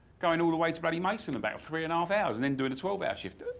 going all the way to bloody maidstone and back three and half hours. and then doing a twelve hour shift.